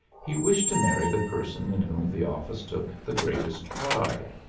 he wished to marry the person in whom the office took the greatest pride.